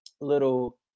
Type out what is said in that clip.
little